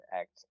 act